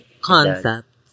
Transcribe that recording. concept